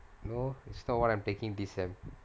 no it's not what I'm taking this semester